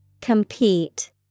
Compete